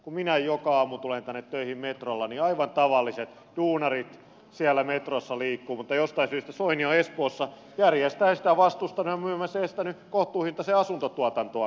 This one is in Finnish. kun minä joka aamu tulen tänne töihin metrolla niin aivan tavalliset duunarit siellä metrossa liikkuvat mutta jostain syystä soini on espoossa järjestään sitä vastustanut ja muun muassa estänyt kohtuuhintaista asuntotuotantoa espoossa